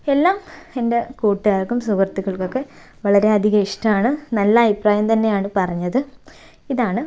എല്ലാം എൻ്റെ കൂട്ടുകാർക്കും സുഹൃത്തുക്കൾക്കൊക്കെ വളരെയധികം ഇഷ്ടമാണ് നല്ല അഭിപ്രായം തന്നെയാണ് പറഞ്ഞത് ഇതാണ്